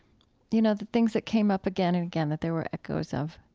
you know, the things that came up again and again that there were echoes of?